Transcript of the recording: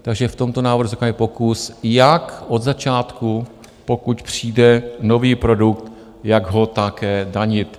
Takže v tomto návrhu je, řekněme, pokus, jak od začátku, pokud přijde nový produkt, jak ho také zdanit.